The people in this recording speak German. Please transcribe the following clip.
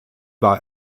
bei